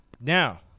Now